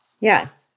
Yes